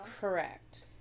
correct